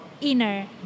inner